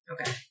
Okay